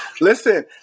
Listen